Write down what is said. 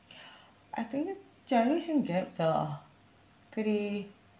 I think generation gaps are pretty